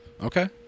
Okay